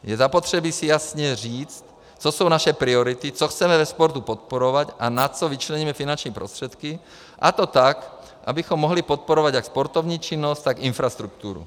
Je zapotřebí si jasně říct, co jsou naše priority, co chceme ve sportu podporovat a na co vyčleníme finanční prostředky, a to tak, abychom mohli podporovat jak sportovní činnost, tak infrastrukturu.